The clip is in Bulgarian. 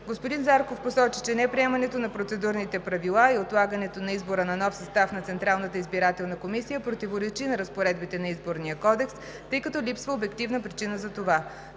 Господин Зарков посочи, че неприемането на процедурните правила и отлагането на избора за нов състав на Централната избирателна комисия противоречи на разпоредбите на Изборния кодекс, тъй като липсва обективна причина за това.